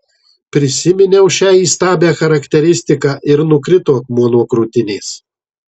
prisiminiau šią įstabią charakteristiką ir nukrito akmuo nuo krūtinės